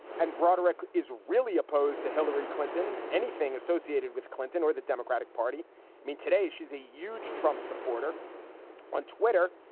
and broderick is really opposed to hillary clinton. anything associated with clinton or the democratic party? i mean, today she's a huge trump supporter on twitter.